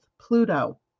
Pluto